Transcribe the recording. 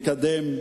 לקדם,